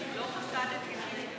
לא חשדתי לרגע.